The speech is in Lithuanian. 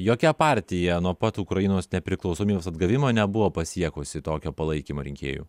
jokia partija nuo pat ukrainos nepriklausomybės atgavimo nebuvo pasiekusi tokio palaikymo rinkėjų